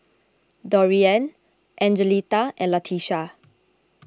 Dorian Angelita and Latisha